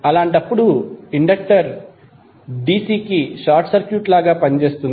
అలాంటప్పుడు inductor DC కి short circuit లాగా పనిచేస్తుంది